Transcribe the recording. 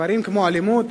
כמו אלימות,